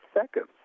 seconds